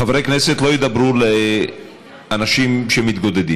חברי כנסת לא ידברו עם אנשים שמתגודדים.